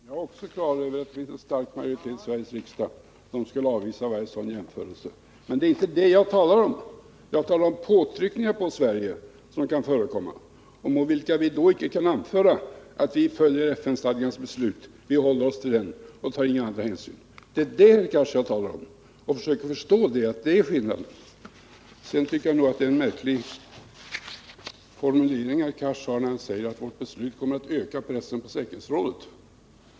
Herr talman! Jag har också klart för mig att det finns en stark majoritet i Sveriges riksdag som skulle avvisa varje sådan jämförelse. Men det är inte det jag talar om. Jag talar om påtryckningar på Sverige, som kan förekomma och mot vilka vi då icke kan anföra det skälet att vi följer FN-stadgans beslut, att vi håller oss till den och inte tar några andra hänsyn. Det är det, herr Cars, som jag talar om. Försök förstå att det är skillnaden! Sedan tycker jag nog att det är en märklig formulering av herr Cars när han säger att vårt beslut kommer att öka pressen på säkerhetsrådet.